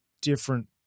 different